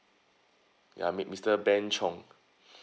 ya mr mister ben chong